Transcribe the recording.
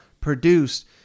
produced